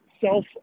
self